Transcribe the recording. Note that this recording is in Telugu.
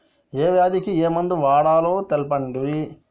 ఏ వ్యాధి కి ఏ మందు వాడాలో తెల్పండి?